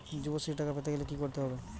যুবশ্রীর টাকা পেতে গেলে কি করতে হবে?